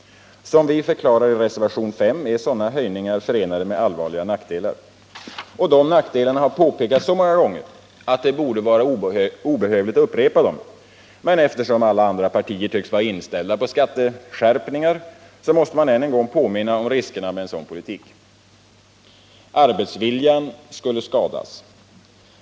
Som vi förklarar i reservationen 5 är sådana höjningar förenade med allvarliga nackdelar. Dessa nackdelar har påpekats så många gånger att det borde vara obehövligt att upprepa dem. Men eftersom alla andra partier tycks vara inställda på skatteskärpningar måste man än en gång påminna om riskerna med en sådan politik. Arbetsviljan skulle skadas.